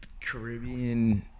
Caribbean